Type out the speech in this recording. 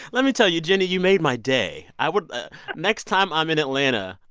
let me tell you, gynni, you made my day. i would next time i'm in atlanta,